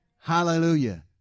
Hallelujah